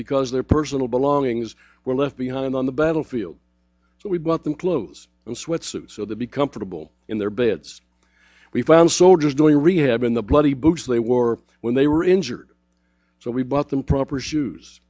because their personal belongings were left behind on the battlefield so we bought them clothes and sweat suits so the be comfortable in their beds we found soldiers doing rehab in the bloody boots they wore when they were injured so we bought them proper shoes